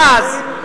יש שלושה ראשי,